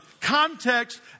context